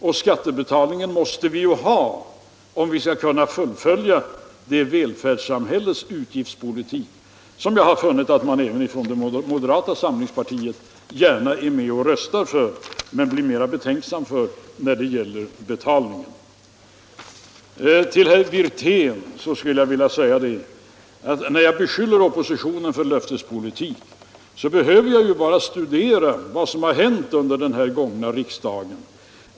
Och skattebetalning måste vi ha, om vi skall kunna fullfölja den välfärdssamhällets utgiftspolitik som jag har funnit att man även från moderata samlingspartiet gärna är med och röstar för men är betänksam för när det gäller betalningen. När jag beskyller oppositionen för löftespolitik, herr Wirtén, behöver jag som stöd för de beskyllningarna bara studera vad som har hänt under den gångna riksdagen.